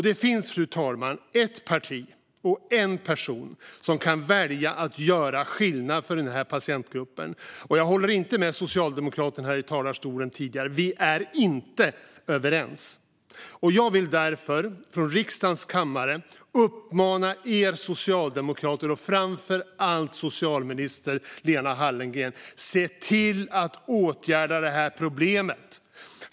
Det finns, fru talman, ett parti och en person som kan välja att göra skillnad för den här patientgruppen. Jag håller inte med socialdemokraten som stod tidigare här i talarstolen - vi är inte överens. Jag vill därför från riksdagens kammare uppmana er socialdemokrater och framför allt socialminister Lena Hallengren: Se till att åtgärda problemet!